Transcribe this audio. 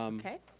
um okay.